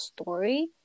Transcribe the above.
story